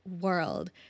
world